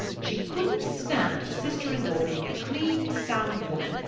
she couldnt stand her sister-in-law being a clean, sound woman,